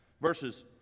verses